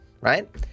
right